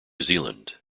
zealand